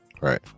right